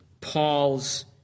Paul's